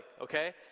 okay